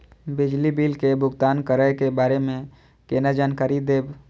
बिजली बिल के भुगतान करै के बारे में केना जानकारी देब?